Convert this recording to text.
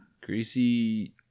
Greasy